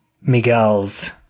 Miguel's